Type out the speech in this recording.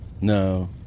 no